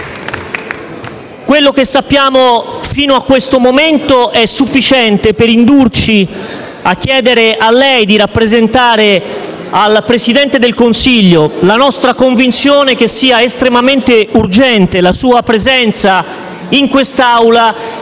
Quello che sappiamo fino a questo momento è sufficiente per indurci a chiedere a lei di rappresentare al Presidente del Consiglio la nostra convinzione che sia estremamente urgente la sua presenza in quest'Aula